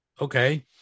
okay